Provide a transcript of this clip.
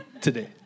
today